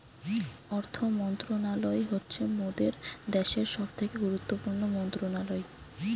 অর্থ মন্ত্রণালয় হচ্ছে মোদের দ্যাশের সবথেকে গুরুত্বপূর্ণ মন্ত্রণালয়